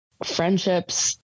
friendships